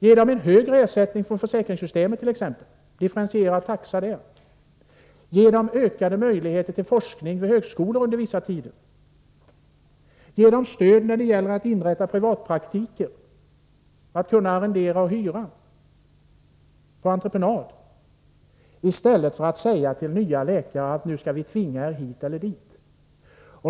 Ge dem t.ex. högre ersättning från försäkringssystemet och inför en differentierad taxa, ge dem ökade möjligheter till forskning vid högskolor under vissa tider, ge dem stöd till att inrätta privatpraktik och möjlighet att arrendera och hyra på entreprenad, i stället för att tvinga nya läkare hit eller dit.